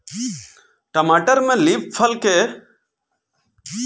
टमाटर में leaf curl के लक्षण कइसे पहचानल जाला?